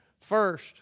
first